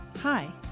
Hi